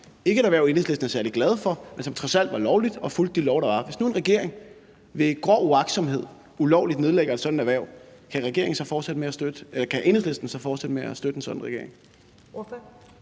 ikke et erhverv, Enhedslisten er særlig glade for, men som trods alt var lovligt og fulgte de love, der var? Hvis nu en anden regering ved grov uagtsomhed ulovligt nedlægger et sådant erhverv, kan Enhedslisten så fortsætte med at støtte en sådan regering?